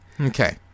Okay